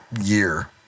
year